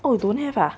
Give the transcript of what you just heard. oh don't have ah